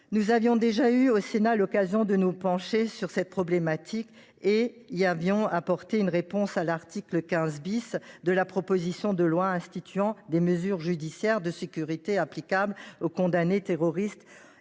Nous avons déjà eu, au Sénat, l’occasion de nous pencher sur cette problématique et y avons apporté une réponse à l’article 15 de la proposition de loi instituant des mesures judiciaires de sûreté applicables aux condamnés terroristes